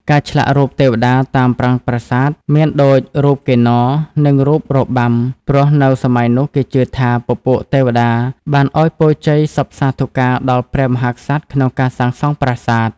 ការឆ្លាក់រូបទេវតាតាមប្រាង្គប្រាសាទមានដូចរូបកិន្នរ និងរូបរបាំព្រោះនៅសម័យនោះគេជឿថាពពួកទេវតាបានឲ្យពរជ័យសព្ទសាធុកាដល់ព្រះមហាក្សត្រក្នុងការសាងសង់ប្រាសាទ។